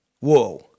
Whoa